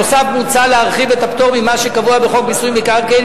נוסף על כך מוצע להרחיב את הפטור ממס שקבוע בחוק מיסוי מקרקעין